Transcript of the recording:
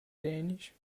dänisch